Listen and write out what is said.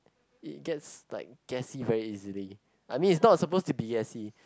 it get like get gassy very easily I mean is not suppose to be gassy